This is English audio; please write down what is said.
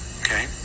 okay